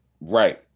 Right